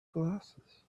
glasses